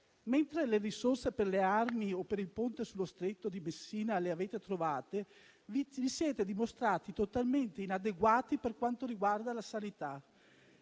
Mentre le risorse per le armi o per il Ponte sullo Stretto di Messina le avete trovate, vi siete dimostrati totalmente inadeguati per quanto riguarda la sanità.